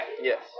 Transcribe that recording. yes